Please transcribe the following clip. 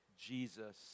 Jesus